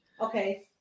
Okay